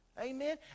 Amen